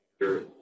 Sure